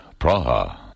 Praha